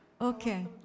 Okay